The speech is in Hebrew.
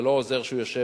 זה לא עוזר שהוא יושב